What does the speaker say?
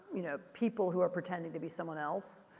you know, people who are pretending to be someone else.